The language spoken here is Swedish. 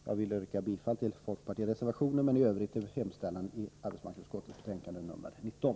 Jag vill yrka bifall till folkpartireservationen och i övrigt till hemställan i arbetsmarknadsutskottets betänkande 19.